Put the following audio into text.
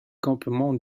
campements